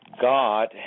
God